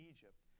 Egypt